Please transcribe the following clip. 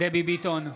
דבי ביטון,